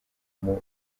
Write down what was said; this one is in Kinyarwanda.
muri